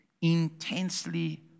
intensely